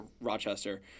Rochester